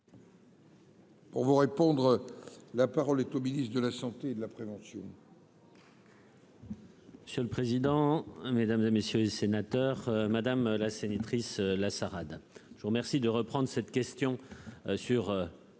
Pour vous répondre, la parole est au ministre de la Santé et de la prévention.